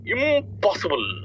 Impossible